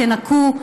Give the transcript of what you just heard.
תנקו,